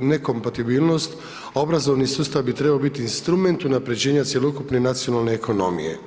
nekompatibilnost, obrazovni sustav bi trebao biti instrument unaprjeđenja cjelokupne nacionalne ekonomije.